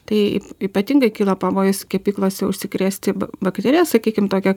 tai ypatingai kyla pavojus kepyklose užsikrėsti b bakterija sakykim tokia